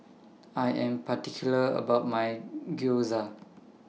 I Am particular about My Gyoza